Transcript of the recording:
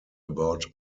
about